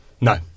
No